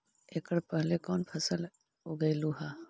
एकड़ पहले कौन फसल उगएलू हा?